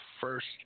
first